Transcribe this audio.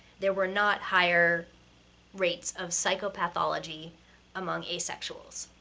there were not higher rates of psychopathology among asexuals.